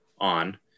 on